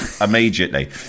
immediately